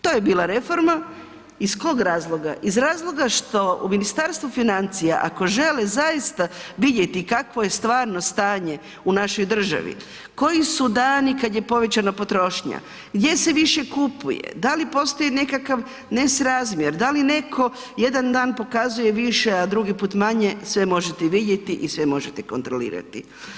To je bila reforma iz kog razloga, iz razloga što u Ministarstvu financija, ako žele zaista vidjeti kakvo je stvarno stanje u našoj državi, koji su dani kad je povećana potrošnja, gdje se više kupuje, da li postoji nekakav nesrazmjer, da li netko jedan dan pokazuje više, a drugi put manje, sve možete vidjeti i sve možete kontrolirati.